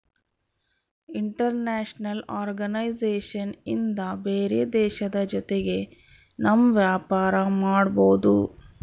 international organisation ಇಂದ ಬೇರೆ ದೇಶದ ಜೊತೆಗೆ ನಮ್ ವ್ಯಾಪಾರ ಮಾಡ್ಬೋದು